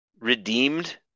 redeemed